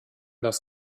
das